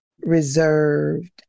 reserved